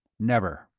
never.